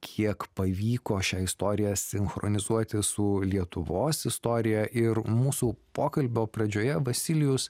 kiek pavyko šią istoriją sinchronizuoti su lietuvos istorija ir mūsų pokalbio pradžioje vasilijus